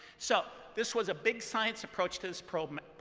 so this was a big science approach to this problem,